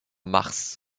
mars